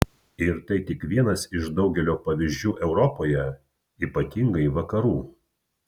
ir tai tik vienas iš daugelio pavyzdžių europoje ypatingai vakarų